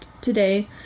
today